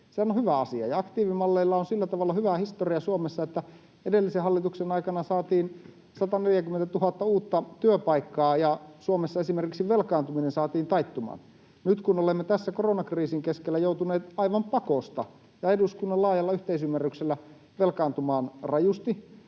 Sehän on hyvä asia, ja aktiivimalleilla on sillä tavalla hyvä historia Suomessa, että edellisen hallituksen aikana saatiin 140 000 uutta työpaikkaa ja esimerkiksi velkaantuminen saatiin taittumaan. Nyt, kun olemme tässä koronakriisin keskellä joutuneet aivan pakosta ja eduskunnan laajalla yhteisymmärryksellä velkaantumaan rajusti,